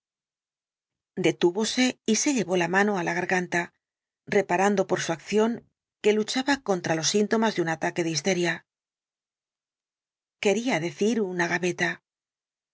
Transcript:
detúvose y se llevó la mano á la garganta reparando por su acción que luchaba contra los síntomas de un ataque de histeria quería decir una gaveta